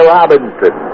Robinson